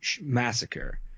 massacre